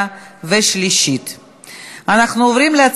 בעד, 32, נגד, 15, אין נמנעים.